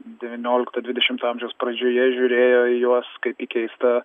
devyniolikto dvidešimto amžiaus pradžioje žiūrėjo į juos kaip į keistą